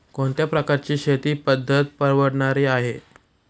कोणत्या प्रकारची शेती पद्धत परवडणारी आहे?